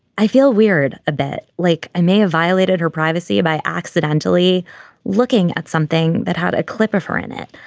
i feel weird. a bit like i may have violated her privacy by accidentally looking at something that had a clip of her in it.